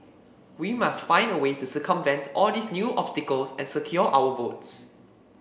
we must find a way to circumvent all these new obstacles and secure our votes